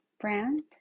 brand